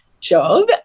job